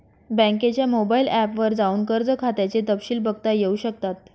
बँकेच्या mobile app वर जाऊन कर्ज खात्याचे तपशिल बघता येऊ शकतात